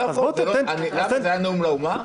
זה היה נאום לאומה?